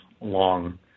long